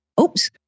Oops